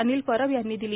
अनिल परब यांनी दिली